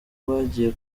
bagiye